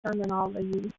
terminology